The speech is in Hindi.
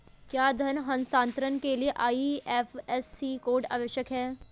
क्या धन हस्तांतरण के लिए आई.एफ.एस.सी कोड आवश्यक है?